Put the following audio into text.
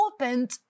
opened